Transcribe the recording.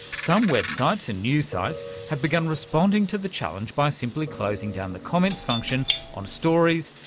some websites and news sites have begun responding to the challenge by simply closing down the comments function on stories,